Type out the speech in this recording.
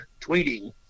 tweeting